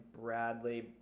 Bradley